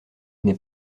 n’est